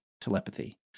telepathy